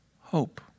hope